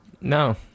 No